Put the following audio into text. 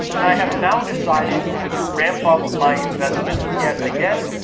and i have now decided to ramp up my investment yet again.